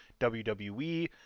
wwe